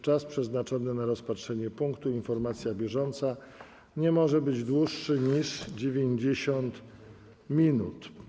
Czas przeznaczony na rozpatrzenie punktu: Informacja bieżąca nie może być dłuższy niż 90 minut.